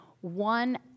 one